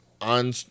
on